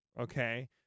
okay